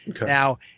Now